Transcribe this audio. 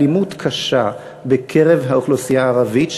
יש פריעת חוק ואלימות קשה בקרב האוכלוסייה הערבית,